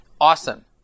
awesome